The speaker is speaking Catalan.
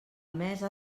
mesa